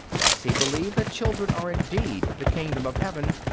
thus he believed that children were indeed the kingdom of heaven,